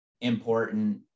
important